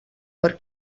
per